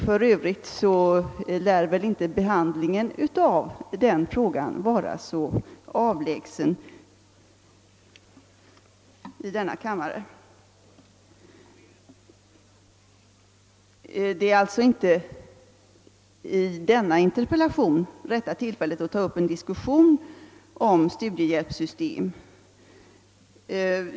För övrigt lär inte behandlingen av den frågan i denna kammare vara så avlägsen. Denna interpellationsdebatt är alltså inte rätta tillfället att ta upp en diskussion om studiehjälpssystem.